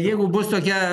jeigu bus tokia